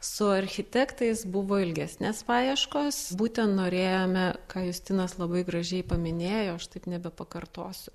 su architektais buvo ilgesnės paieškos būtent norėjome ką justinas labai gražiai paminėjo aš taip nebepakartosiu